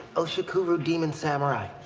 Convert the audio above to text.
oshikuru, demon samurai.